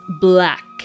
black